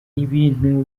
ibintu